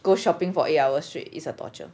go shopping for eight hours straight is a torture